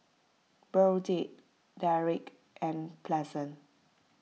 Burdette Derrick and Pleasant